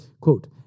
Quote